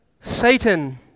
Satan